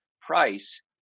price